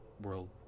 world